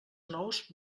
nous